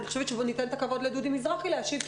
ניתן את הכבוד לדודי מזרחי להשיב,